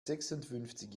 sechsundfünfzig